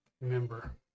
remember